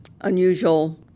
unusual